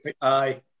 Aye